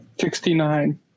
Sixty-nine